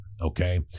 okay